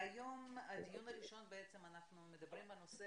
היום בדיון הראשון אנחנו מדברים על נושא